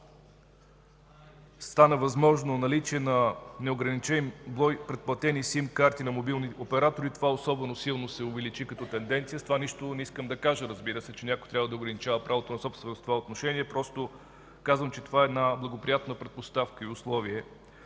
стана възможно наличие на неограничен брой предплатени симкарти на мобилни оператори, това особено силно се увеличи като тенденция. С това, разбира се, не искам да кажа, че някой трябва да ограничава правото на собственост в това отношение. Просто казвам, че това е една благоприятна предпоставка и условие